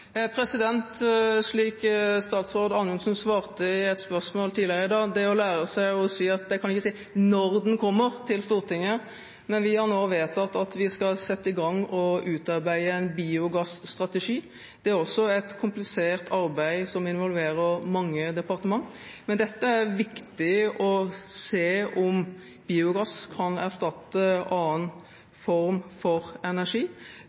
svarte på et spørsmål tidligere her i dag: Man må lære seg at man ikke kan si når noe kommer til Stortinget. Vi har nå vedtatt at vi skal sette i gang og utarbeide en biogasstrategi. Det er et komplisert arbeid som involverer mange departementer, men det er viktig å se om biogass kan erstatte annen form for energi.